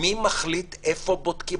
מי מחליט איפה בודקים.